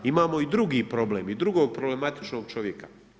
Imamo i drugi problem i drugog problematičnog čovjeka.